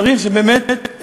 צריך שבאמת,